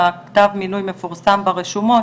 וכתב המינוי מפורסם ברשויות,